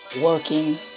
working